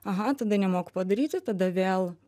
aha tada nemoku padaryti tada vėl